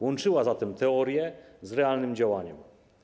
Łączyła zatem teorię z realnym działaniem.